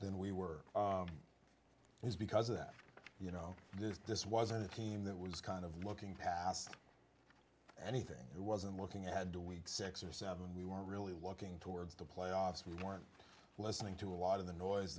than we were it was because of that you know this just wasn't a team that was kind of looking past anything it wasn't looking ahead to week six or seven we weren't really looking towards the playoffs we weren't listening to a lot of the noise